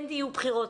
כן יהיו בחירות,